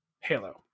halo